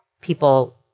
people